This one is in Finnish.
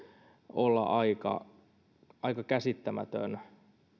olla aika aika käsittämätön